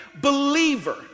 believer